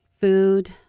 food